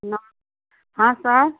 ना हाँ सर